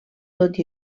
tot